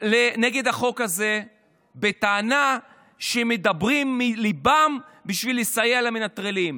נגד החוק הזה בטענה שהם מדברים מליבם בשביל לסייע למנטרלים.